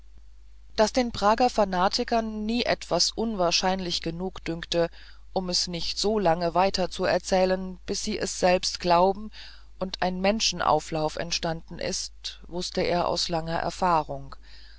daß den prager fanatikern nie etwas unwahrscheinlich genug dünkt um es nicht so lange weiterzuerzählen bis sie es selber glauben und ein massenauflauf entstanden ist wußte er aus langer erfahrung